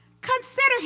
Consider